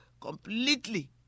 completely